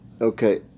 Okay